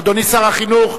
אדוני שר החינוך,